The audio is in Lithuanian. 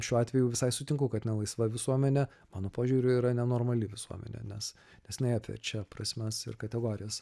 šiuo atveju visai sutinku kad nelaisva visuomenė mano požiūriu yra nenormali visuomenė nes nes jinai apverčia prasmes ir kategorijas